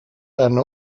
eine